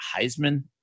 Heisman